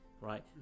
right